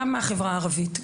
גם מהחברה הערבית,